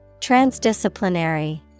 Transdisciplinary